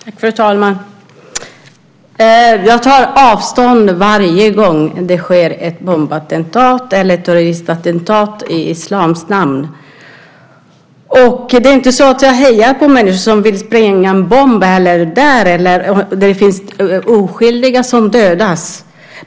Fru talman! Jag tar avstånd varje gång det sker ett bombattentat eller turistattentat i islams namn. Det är inte så att jag hejar på människor som vill spränga en bomb där det finns oskyldiga som dödas.